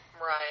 Right